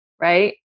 right